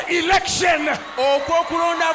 election